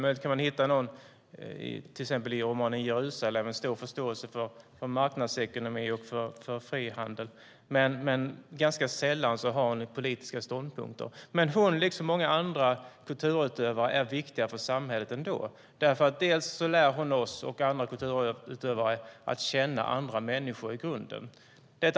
Möjligtvis kan man i exempelvis romanen Jerusalem hitta en stor förståelse för marknadsekonomi och frihandel, men det är ganska sällan hon har politiska ståndpunkter. Men Selma Lagerlöf, liksom alla andra kulturutövare, är viktiga för samhället ändå. De lär oss att känna andra människor i grunden.